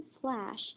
flash